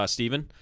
Stephen